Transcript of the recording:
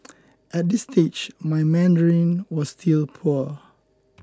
at this stage my Mandarin was still poor